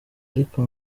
ariko